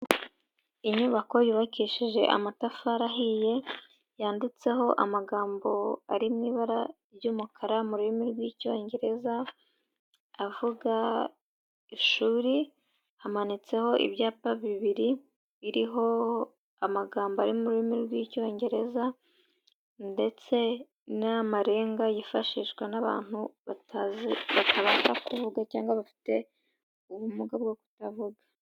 Inyubako yubakishije amatafari ahiye, yanditseho amagambo ari mu ibara ry'umukara, mu rurimi rw'Icyongereza, avuga ishuri, hamanitseho ibyapa bibiri biriho amagambo ari mu rurimi rw'icyongereza ndetse n'amarenga yifashishwa n'abantu batabansha kuvuga cyangwa aba bafite ubumuga bwo kutavuga.